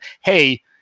hey